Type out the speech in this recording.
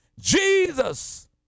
Jesus